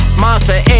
monster